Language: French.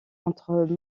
entre